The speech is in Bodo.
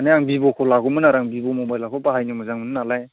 माने आं भिभ'खौ लागौमोन आरो आं भिभ' मबाइलखौ बाहायनो मोजां मोनो नालाय